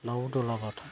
दाउ दुलाबाथा